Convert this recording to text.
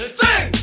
sing